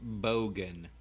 Bogan